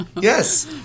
Yes